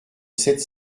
sept